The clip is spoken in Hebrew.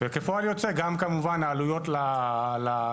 וכפועל יוצא גם העלויות המשק,